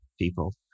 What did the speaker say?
people